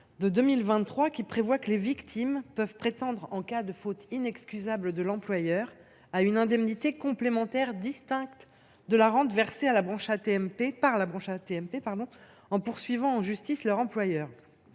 d’une maladie professionnelle peuvent prétendre, en cas de faute inexcusable de l’employeur, à une indemnité complémentaire distincte de la rente versée par la branche AT MP, en poursuivant en justice leur employeur.